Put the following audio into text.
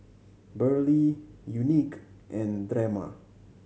Burley Unique and Drema